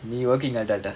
நீ:nee working adult ah